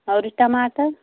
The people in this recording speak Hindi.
और टमाटर